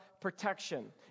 protection